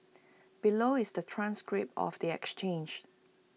below is the transcript of the exchange